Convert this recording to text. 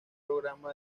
programa